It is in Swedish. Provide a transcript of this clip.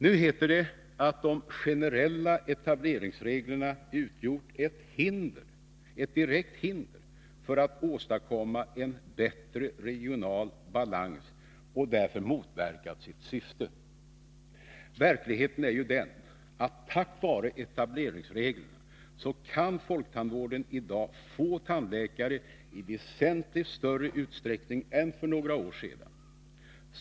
Nu heter det att de generella etableringsreglerna utgjort ett direkt hinder mot att åstadkomma en bättre regional balans och motverkat sitt syfte. Men verkligheten är den att folktandvården tack vare etableringsreglerna kan få tandläkare i väsentligt större utsträckning än för några år sedan.